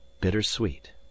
bittersweet